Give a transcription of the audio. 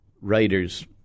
writers